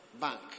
Bank